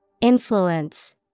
Influence